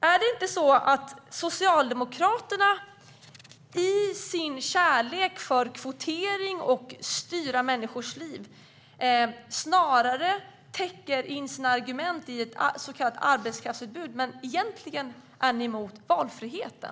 Är det inte så att Socialdemokraterna i sin förkärlek för kvotering och styrning av människors liv gömmer sig bakom argument om ett så kallat arbetskraftsutbud men egentligen är emot valfriheten?